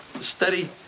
steady